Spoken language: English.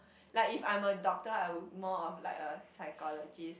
like if I'm a doctor I would more of like a psychologist